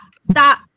Stop